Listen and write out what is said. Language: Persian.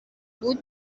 بود